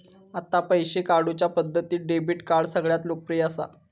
आता पैशे काढुच्या पद्धतींत डेबीट कार्ड सगळ्यांत लोकप्रिय असा